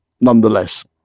nonetheless